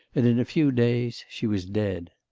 and in a few days she was dead.